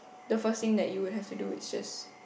the first thing that you would have to do is just